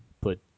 put